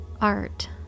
art